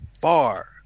far